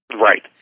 Right